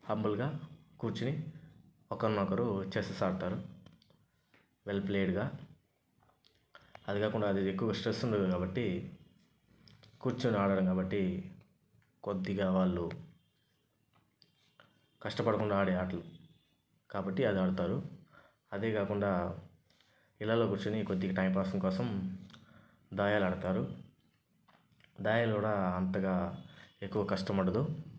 హంబుల్గా కూర్చొని ఒకరినొకరు చెస్సెస్ ఆడుతారు వెల్ ప్లేయిడ్గా అది కాకుండా అది ఎక్కువగా స్ట్రెస్ ఉండదు కాబట్టి కూర్చొని ఆడడం కాబట్టి కొద్దిగా వాళ్లు కష్టపడకుండా ఆడే ఆటలు కాబట్టి అది ఆడతారు అంతేకాకుండా ఇళ్లల్లో కూర్చొని కొద్దిగా టైంపాస్ కోసం దాయాలు ఆడుతారు దాయాలు కూడా అంతగా ఎక్కువ కష్టం ఉండదు